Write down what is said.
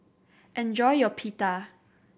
enjoy your Pita